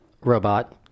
robot